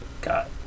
got